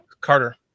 Carter